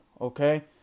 Okay